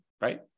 Right